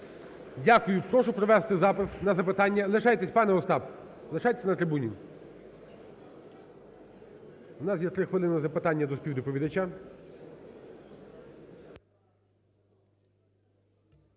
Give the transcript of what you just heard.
Дякую. Прошу провести запис на запитання. Лишайтесь, пане Остапе, лишайтесь на трибуні. У нас є 3 хвилини запитання до співдоповідача.